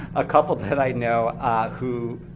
a couple that i know who